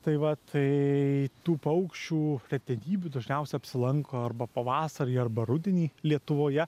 tai va tai tų paukščių retenybių dažniausia apsilanko arba pavasarį arba rudenį lietuvoje